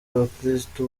abakristo